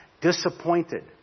disappointed